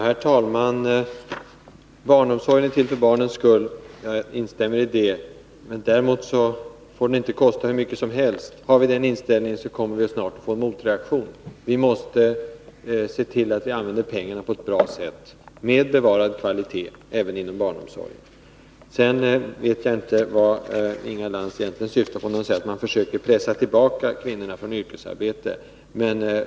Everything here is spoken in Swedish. Herr talman! Att barnomsorgen är till för barnens skull instämmer jag i. Däremot får den inte kosta hur mycket som helst. Har vi den inställningen kommer vi snart att få en motreaktion. Vi måste se till att vi använder pengarna på ett bra sätt, med bevarande av kvaliteten, även inom barnomsorgen. Jag vet inte vad Inga Lantz egentligen syftar på när hon säger att man försöker pressa tillbaka kvinnorna från yrkesarbete.